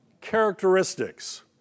characteristics